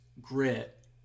grit